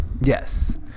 Yes